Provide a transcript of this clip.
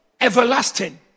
everlasting